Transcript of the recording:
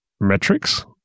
metrics